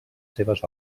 seves